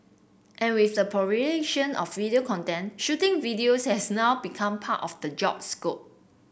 and with the of video content shooting videos has now become part of the job scope